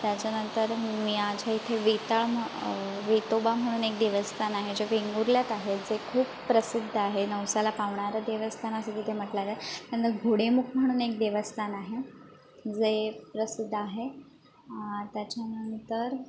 त्याच्यानंतर माझ्या इथे वेताळ म्हणू वेतोबा म्हणून एक देवस्थान आहे जे वेंगुर्ल्यात आहे जे खूप प्रसिद्ध आहे नवसाला पावणारं देवस्थान असं तिथे म्हटलेलं आहे त्यानंतर घोडेमुख म्हणून एक देवस्थान आहे जे प्रसिद्ध आहे त्याच्यानंतर